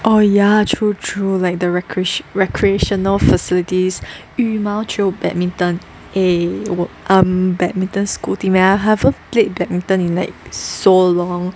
oh ya true true like the recreat~ recreational facilities 羽毛球 badminton eh 我 I'm badminton school teams leh I haven't played badminton in like so long